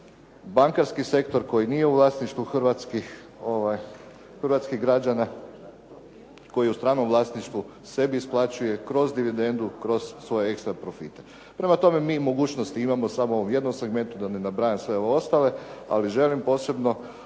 bankarski sektor koji nije u vlasništvu hrvatskih građana, koji je u stranom vlasništvu sebi isplaćuje kroz dividendu, kroz svoje ekstra profite. Prema tome mi mogućnosti imamo samo u jednom segmentu da ne nabrajam sve ove ostale, ali želim posebno